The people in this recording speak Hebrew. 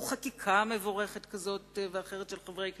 או חקיקה מבורכת כזאת ואחרת של חברי כנסת,